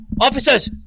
Officers